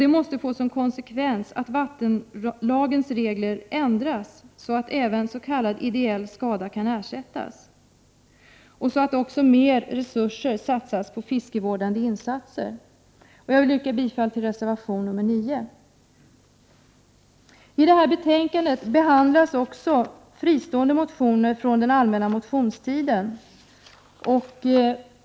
Det måste få som konsekvens att vattenlagens regler ändras så att även s.k. ideell skada kan ersättas och så att mer resurser satsas på fiskevårdande insatser. Jag yrkar bifall till reservation 9. I detta betänkande behandlas också fristående motioner från den allmänna motionstiden.